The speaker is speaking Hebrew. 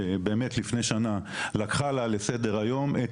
של לפני שנה לקחה לה לסדר-היום את